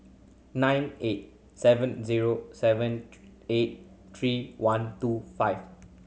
nine eight seven zero seven eight three one two five